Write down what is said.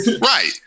Right